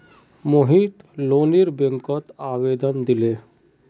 मोहित लोनेर बैंकत आवेदन दिले